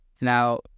Now